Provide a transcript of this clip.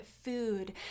food